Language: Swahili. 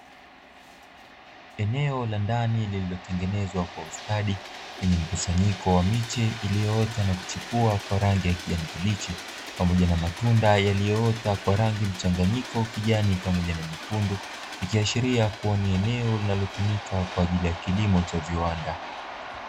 Eneo la ndani lililotengenezwa kwa ustadi lenye mkusanyiko wa miche iliyoota na kuchipua kwa rangi ya kijani kibichi, pamoja na matunda yaliyoota kwa rangi mchanganyiko kijani pamoja na nyekundu; ikiashiria kuwa ni eneo linalotumika kwa ajili ya kilimo cha viwanda.